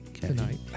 tonight